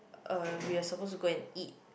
uh we are suppose to go and eat